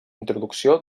introducció